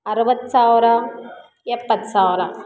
ಅರುವತ್ತು ಸಾವಿರ ಎಪ್ಪತ್ತು ಸಾವಿರ